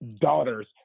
daughters